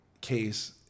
case